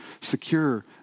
secure